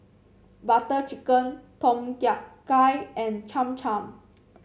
Butter Chicken Tom Kha Gai and Cham Cham